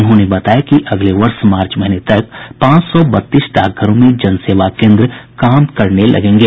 उन्होंने बताया कि अगले वर्ष मार्च महीने तक पांच सौ बत्तीस डाकघरों में जनसेवा केन्द्र काम करने लगेंगे